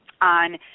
On